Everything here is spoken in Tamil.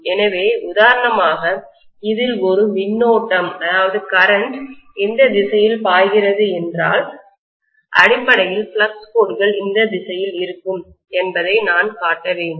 எனவே உதாரணமாக இதில் ஒரு மின்னோட்டம்கரண்ட் இந்த திசையில் பாய்கிறது என்றால் அடிப்படையில் ஃப்ளக்ஸ் கோடுகள் இந்த திசையில் இருக்கும் என்பதை நான் காட்ட வேண்டும்